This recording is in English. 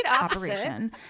operation